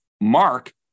Mark